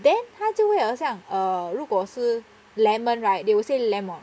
then 他就会很像 uh 如果是 lemon right they will say lemon